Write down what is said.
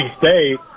State